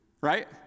right